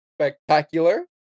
Spectacular